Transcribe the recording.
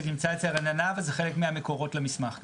זה נמצא אצל רננה וזה חלק מהמקורות למסמך גם.